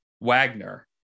Wagner